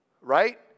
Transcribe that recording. right